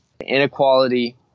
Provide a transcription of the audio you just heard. inequality